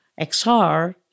XR